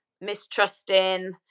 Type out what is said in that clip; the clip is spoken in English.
mistrusting